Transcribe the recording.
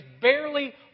barely